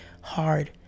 hard